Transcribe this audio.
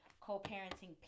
co-parenting